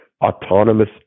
autonomous